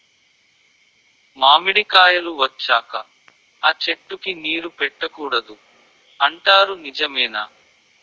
మామిడికాయలు వచ్చాక అ చెట్టుకి నీరు పెట్టకూడదు అంటారు నిజమేనా?